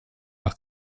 nach